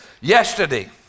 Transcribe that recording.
yesterday